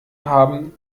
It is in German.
haben